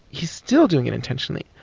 he's still doing it intentionally.